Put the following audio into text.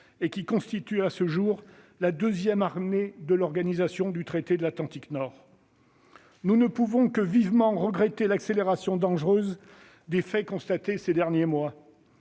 et constitue à ce jour la deuxième armée de l'Organisation du traité de l'Atlantique nord. Nous ne pouvons que vivement regretter l'accélération dangereuse des faits constatés ces derniers mois